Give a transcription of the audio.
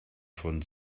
von